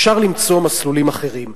אפשר למצוא מסלולים אחרים.